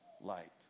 light